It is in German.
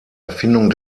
erfindung